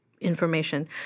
information